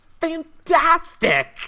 fantastic